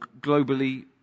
globally